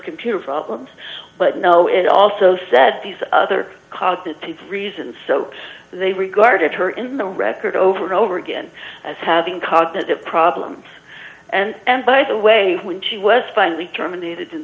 computer problems but no it also says these other reasons they regarded her in the record over and over again as having cognitive problems and by the way when she was finally terminated